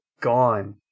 gone